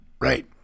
Right